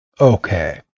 Okay